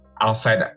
outside